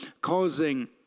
causing